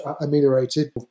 ameliorated